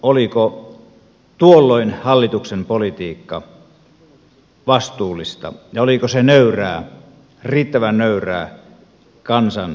oliko tuolloin hallituksen politiikka vastuullista ja oliko se nöyrää riittävän nöyrää kansan edessä